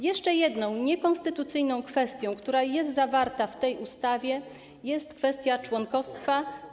Jeszcze jedną niekonstytucyjną kwestią, która jest zawarta w tej ustawie, jest kwestia członkostwa.